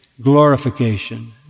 glorification